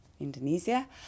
Indonesia